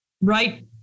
right